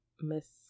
Miss